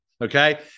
Okay